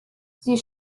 sie